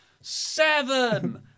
Seven